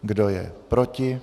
Kdo je proti?